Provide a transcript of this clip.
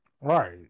Right